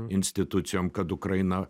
institucijom kad ukraina